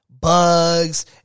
bugs